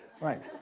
right